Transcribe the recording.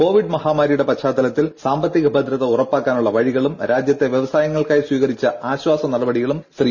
Covid മഹാമാരിയുടെ പശ്ചാത്തലത്തിൽ സാമ്പത്തിക ഭദ്രത ഉറപ്പാക്കാനുള്ള വഴികളും രാജ്യത്തെ വൃവസായങ്ങൾക്കായി സ്വീകരിച്ച ആശ്വാസ നടപടികളും ശ്രീ